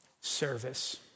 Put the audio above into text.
service